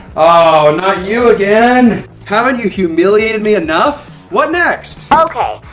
oh! not you again! haven't you humiliated me enough? what next? okay,